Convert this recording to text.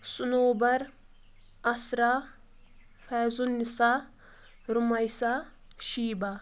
Sanobar Isra Faizunnisa Rumaisa Sheeba